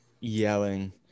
yelling